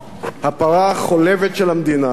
הפרה החולבת של המדינה,